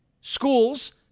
schools